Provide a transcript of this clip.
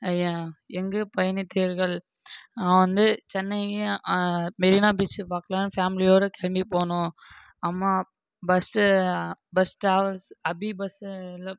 எங்கு பயணித்தீர்கள் நான் வந்து சென்னை மெரினா பீச்சு பார்க்கலானு ஃபேம்லியோடு கிளம்பி போனோம் அம்மா பஸ்ஸு பஸ் டிராவல்ஸ் அபி பஸ்ஸில்